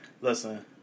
Listen